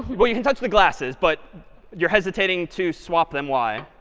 well, you can touch the glasses. but you're hesitating to swap them, why?